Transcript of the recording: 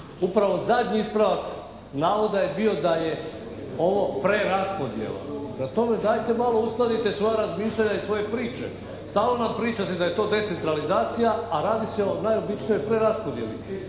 Upravo zadnji ispravak navoda je bio da je ovo preraspodjela. Prema dajte malo uskladite svoja razmišljanja i svoje priče. Stalno nam pričate da je to decentralizacija, a radi se o najobičnijoj preraspodjeli.